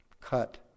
cut